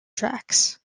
tracks